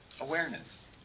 awareness